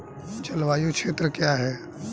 जलवायु क्षेत्र क्या है?